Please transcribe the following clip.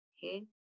Hey